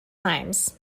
times